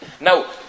Now